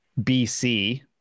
BC